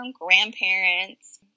grandparents